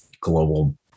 global